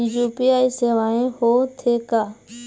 UPI सेवाएं हो थे का?